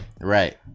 Right